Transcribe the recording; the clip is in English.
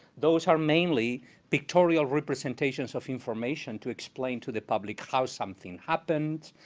those are mainly pictorial representations of information to explain to the public how something happened,